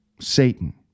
Satan